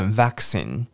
vaccine